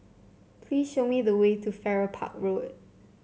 please show me the way to Farrer Park Road